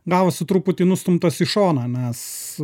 gavosi truputį nustumtas į šoną nes